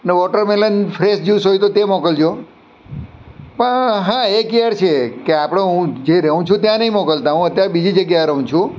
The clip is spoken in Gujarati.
ને વૉટરમેલન ફ્રેશ જ્યુસ હોય તો તે મોકલજો પણ હા એક કેડ છે કે આપણો હું જે રહું છું ત્યાં નહીં મોકલતા હું અત્યારે બીજી જગ્યાએ રહું છું